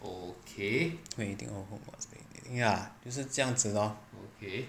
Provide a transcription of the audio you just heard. what do you think of when home ya 就是这样子 lor